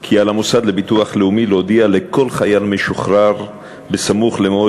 כי על המוסד לביטוח לאומי להודיע לכל חייל משוחרר סמוך למועד